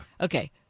Okay